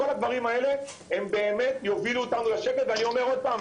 כל הדברים האלה יובילו אותנו לשקט ואני אומר עוד פעם,